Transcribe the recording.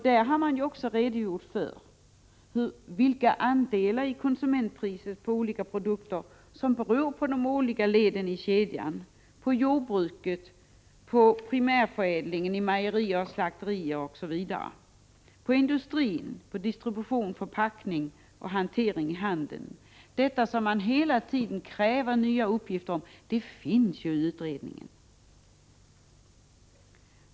Där har man också redogjort för vilka andelar av konsumentpriset på olika produkter som beror på de olika leden i kedjan, på jordbruket, på primärförädling i mejerier och slakterier osv., på industri, på distribution, på förpackning och hantering i handeln. Detta som man hela tiden kräver nya uppgifter om finns ju i utredningen.